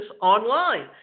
online